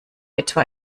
etwa